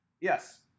yes